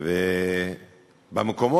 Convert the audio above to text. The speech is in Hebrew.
או אבא